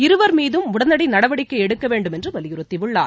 இருவர் மீதும் உடனடி நடவடிக்கை எடுக்க வேண்டுமென்று வலியுறுத்தியுள்ளார்